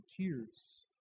tears